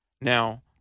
Now